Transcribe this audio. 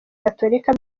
gatolika